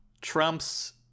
trump's